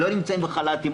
לא נמצאים בחל"תים.